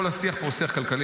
כל השיח פה הוא שיח כלכלי.